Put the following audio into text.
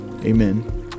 Amen